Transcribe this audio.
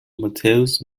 matthäus